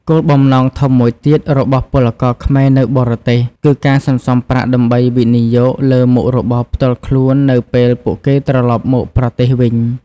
គោលបំណងធំមួយទៀតរបស់ពលករខ្មែរនៅបរទេស គឺការសន្សំប្រាក់ដើម្បីវិនិយោគលើមុខរបរផ្ទាល់ខ្លួននៅពេលពួកគេត្រឡប់មកប្រទេសវិញ។